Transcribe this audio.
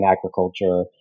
agriculture